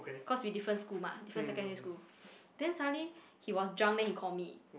cause we different school mah different secondary school then suddenly he was drunk then he call me